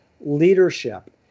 leadership